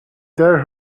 dare